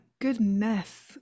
goodness